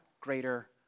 greater